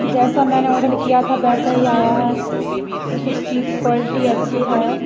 जैसा मैंने ऑर्डर किया था वैसा ही आया है उसकी क्वालिटी अच्छी है